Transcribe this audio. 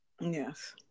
Yes